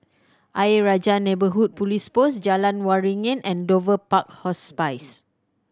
Ayer Rajah Neighbourhood Police Post Jalan Waringin and Dover Park Hospice